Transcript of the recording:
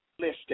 listed